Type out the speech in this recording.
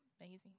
Amazing